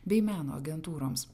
bei meno agentūroms